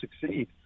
succeed